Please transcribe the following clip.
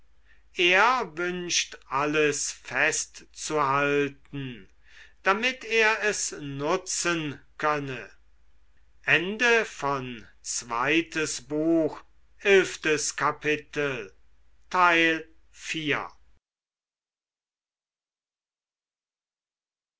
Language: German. er wünscht alles festzuhalten damit er es nutzen könne